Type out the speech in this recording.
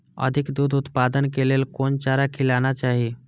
अधिक दूध उत्पादन के लेल कोन चारा खिलाना चाही?